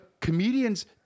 comedians